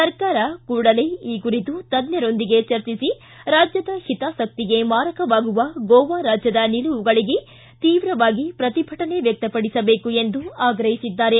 ಸರ್ಕಾರ ಕೂಡಲೇ ಈ ಕುರಿತು ತಜ್ಜರೊಂದಿಗೆ ಚರ್ಚಿಸಿ ರಾಜ್ಯದ ಹಿತಾಸಕ್ತಿಗೆ ಮಾರಕವಾಗುವ ಗೋವಾ ರಾಜ್ಯದ ನಿಲುವುಗಳಿಗೆ ತೀವ್ರವಾಗಿ ಪ್ರತಿಭಟನೆ ವ್ಯಕ್ತಪಡಿಸಬೇಕು ಎಂದು ಆಗ್ರಹಿಸಿದ್ದಾರೆ